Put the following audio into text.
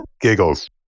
Giggles